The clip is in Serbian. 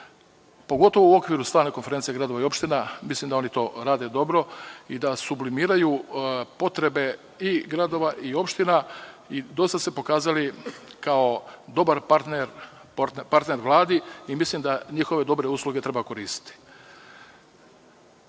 pogotovo u okviru Stalne konferencije gradova i opština. Mislim da oni to rade dobro i da sublimiraju potrebe i gradova i opština. Do sada su se pokazali kao dobar partner Vladi i mislim da njihove dobre usluge treba koristiti. Ono